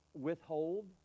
withhold